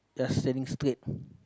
just stand straight